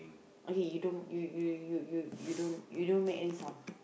okay you don't you you you you you don't you don't make any sound